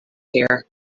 here